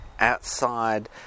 outside